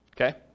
Okay